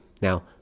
Now